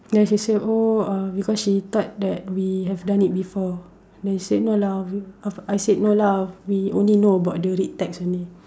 then she said oh uh because she thought that we have done it before then she said no lah we I I said no lah we only know about the read text only